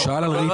הוא שאל על ריט.